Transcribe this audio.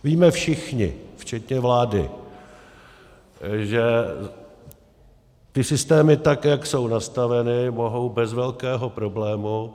Víme všichni včetně vlády, že ty systémy, tak jak jsou nastaveny, mohou bez velkého problému...